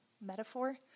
metaphor